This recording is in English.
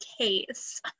case